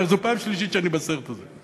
זו כבר פעם שלישית שאני בסרט הזה.